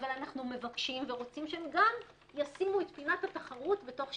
אבל אנחנו מבקשים ורוצים שהם גם ישימו את פינת התחרות בתוך שיקוליהם.